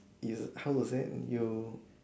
you how to say you